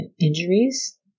injuries